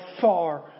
far